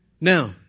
Now